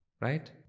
right